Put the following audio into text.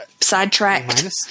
sidetracked